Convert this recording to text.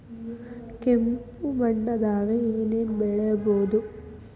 ಕೆಂಪು ಮಣ್ಣದಾಗ ಏನ್ ಏನ್ ಬೆಳಿಬೊದು?